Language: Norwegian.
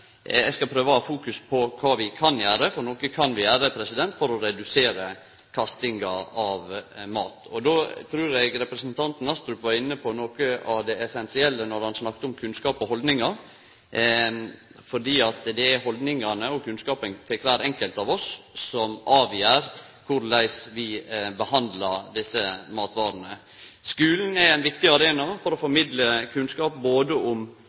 Eg skal prøve å fokusere på kva vi kan gjere, for noko kan vi gjere for å redusere kastinga av mat. Eg trur representanten Astrup var inne på noko av det essensielle då han snakka om kunnskap og haldningar, for det er haldningane og kunnskapen til kvar enkelt av oss som avgjer korleis vi behandlar desse matvarene. Skulen er ein viktig arena for å formidle kunnskap om både